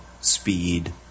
speed